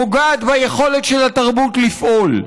פוגעת ביכולת של התרבות לפעול.